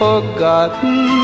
Forgotten